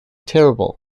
terrible